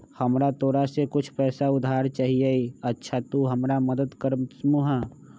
हमरा तोरा से कुछ पैसा उधार चहिए, अच्छा तूम हमरा मदद कर मूह?